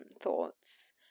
thoughts